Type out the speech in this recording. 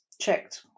checked